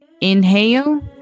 inhale